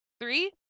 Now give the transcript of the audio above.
Three